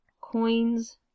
Coins